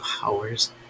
powers